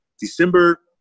December